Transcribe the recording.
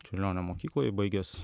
čiurlionio mokykloje baigęs